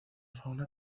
fauna